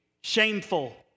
shameful